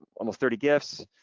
almost thirty gifts,